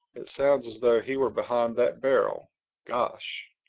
it sounds as though he were behind that barrel gosh!